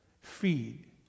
feed